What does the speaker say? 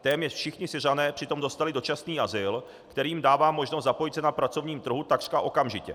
Téměř všichni Syřané přitom dostali dočasný azyl, který jim dává možnost zapojit se na pracovním trhu takřka okamžitě.